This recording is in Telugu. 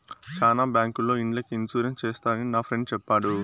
శ్యానా బ్యాంకుల్లో ఇండ్లకి ఇన్సూరెన్స్ చేస్తారని నా ఫ్రెండు చెప్పాడు